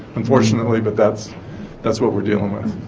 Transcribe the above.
unfortunately but that's that's what we're dealing with